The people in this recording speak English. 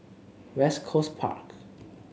West Coast Park